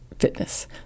fitness